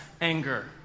anger